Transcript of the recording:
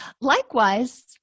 Likewise